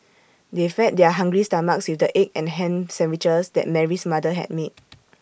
they fed their hungry stomachs with the egg and Ham Sandwiches that Mary's mother had made